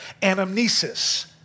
anamnesis